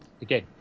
again